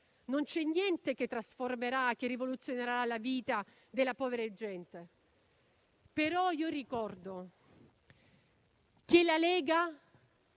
Non c'è niente che trasformerà, che rivoluzionerà la vita della povera gente. Ricordo che la Lega